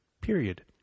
period